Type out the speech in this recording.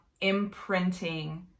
imprinting